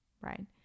right